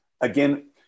again